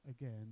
again